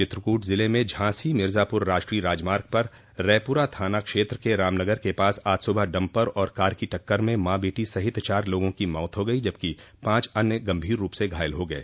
चित्रकूट जिले में झांसी मिर्जापुर राष्ट्रीय राजमार्ग पर रैपुरा थाना क्षेत्र के रामनगर के पास आज सुबह डम्पर और कार की टक्कर में मां बेटी सहित चार लोगों की मौत हो गइ जबकि पांच अन्य गम्भीर रूप से घायल हो गये